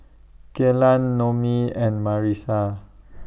Kelan Noemie and Marisa